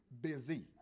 busy